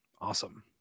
awesome